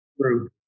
True